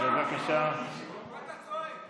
פשיסט קטן הדובר בשם הפשיסט הגדול.